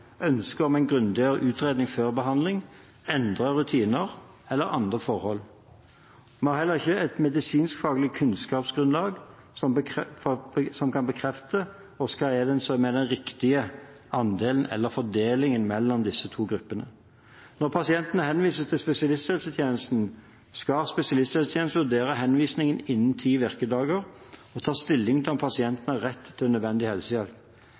ønske om en grundigere utredning før behandling, endrede rutiner eller andre forhold. Vi har heller ikke et medisinskfaglig kunnskapsgrunnlag som kan bekrefte hva som er den riktige andelen eller fordelingen mellom disse to gruppene Når pasienter henvises til spesialisthelsetjenesten, skal spesialisthelsetjenesten vurdere henvisningen innen ti virkedager og ta stilling til om pasienten har rett til nødvendig helsehjelp.